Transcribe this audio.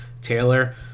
Taylor